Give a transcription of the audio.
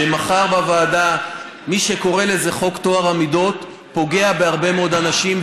שמחר בוועדה מי שקורא לזה חוק טוהר המידות פוגע בהרבה מאוד אנשים,